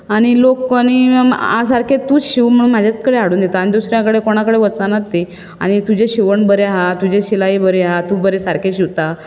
आनी लोक आनी सारके तूंच शिंव म्हणून म्हजेच कडेन हाडून दितात आनी दुसऱ्या कडेन कोणा कडेन वचनात ती आनी तुजे शिवण बरें आसा तुजी सिलायी बरें आसा तूं बरे सारकें शिंवतां